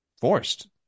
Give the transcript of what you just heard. forced